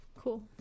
Cool